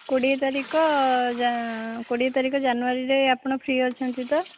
କୋଡ଼ିଏ ତାରିଖ କୋଡ଼ିଏ ତାରିଖ ଜାନୁଆରୀ ଆପଣ ଫ୍ରି ଅଛନ୍ତି ତ